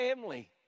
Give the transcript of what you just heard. family